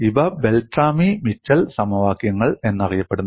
ഇവ Beltrami Michell സമവാക്യങ്ങൾ എന്നറിയപ്പെടുന്നു